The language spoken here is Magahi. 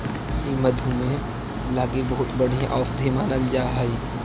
ई मधुमेह लागी बहुत बढ़ियाँ औषधि मानल जा हई